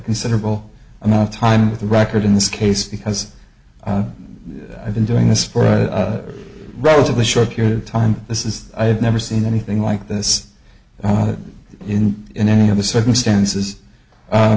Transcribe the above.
considerable amount of time with the record in this case because i've been doing this for a relatively short period of time and this is i've never seen anything like this in in any other circumstances